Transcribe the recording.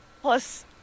plus